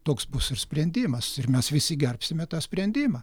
toks bus ir sprendimas ir mes visi gerbsime tą sprendimą